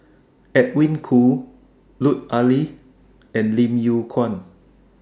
Edwin Koo Lut Ali and Lim Yew Kuan